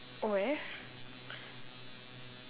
where